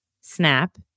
Snap